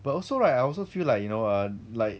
but also right I also feel like you know err like